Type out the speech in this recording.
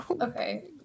Okay